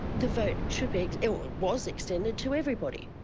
the vote should be, or was, extended to everybody.